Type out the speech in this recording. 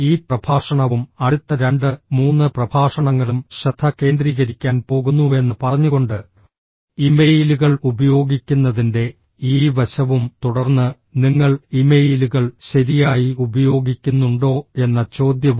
ഈ പ്രഭാഷണവും അടുത്ത രണ്ട് മൂന്ന് പ്രഭാഷണങ്ങളും ശ്രദ്ധ കേന്ദ്രീകരിക്കാൻ പോകുന്നുവെന്ന് പറഞ്ഞുകൊണ്ട് ഇമെയിലുകൾ ഉപയോഗിക്കുന്നതിന്റെ ഈ വശവും തുടർന്ന് നിങ്ങൾ ഇമെയിലുകൾ ശരിയായി ഉപയോഗിക്കുന്നുണ്ടോ എന്ന ചോദ്യവും